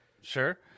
Sure